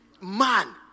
man